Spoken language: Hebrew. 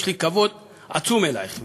ויש לי כבוד עצום אלייך,